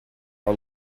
are